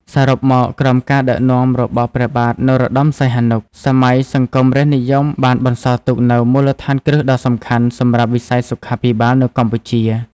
សរុបមក ក្រោមការដឹកនាំរបស់ព្រះបាទនរោត្តម សីហនុ សម័យសង្គមរាស្រ្តនិយមបានបន្សល់ទុកនូវមូលដ្ឋានគ្រឹះដ៏សំខាន់សម្រាប់វិស័យសុខាភិបាលនៅកម្ពុជា។